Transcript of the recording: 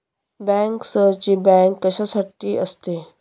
बँकर्सची बँक कशासाठी असते?